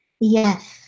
yes